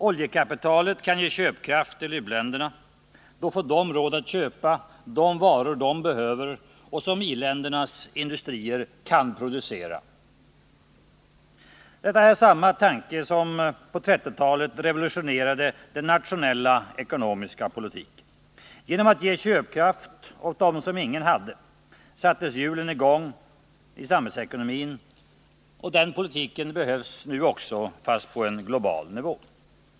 Oljekapitalet kan ge köpkraft till u-länderna. Då får de råd att köpa de varor som de behöver och som i-ländernas industrier kan producera. Detta är samma tanke som på 1930-talet revolutionerade den nationella ekonomiska politiken. Genom att ge köpkraft åt dem som ingen hade satte man hjulen i gång i samhällsekonomin. Den politiken behövs nu också — fast på en global nivå.